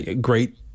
Great